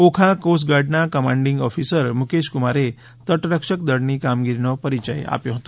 ઓખા કોસ્ટગાર્ડના commanding officer મુકેશકુમારે તટરક્ષક દળની કામગીરીનો પરિચય આપ્યો હતો